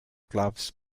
gloves